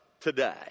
today